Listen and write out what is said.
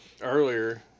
earlier